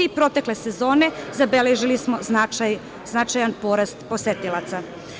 Protekle sezone zabeležili smo značajan porast posetilaca.